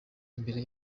imbere